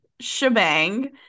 shebang